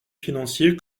financier